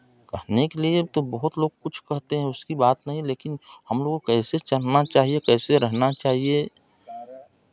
कहने के लिए अब तो बहुत कुछ लोग कहते हैं उसकी बात नहीं लेकिन हमलोग को कैसे रहना चाहिए कैसे चलना चाहिये